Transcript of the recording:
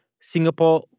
Singapore